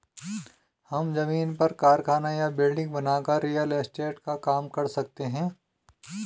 हम जमीन पर कारखाना या बिल्डिंग बनाकर रियल एस्टेट का काम कर सकते है